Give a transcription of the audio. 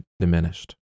diminished